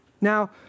Now